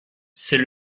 c’est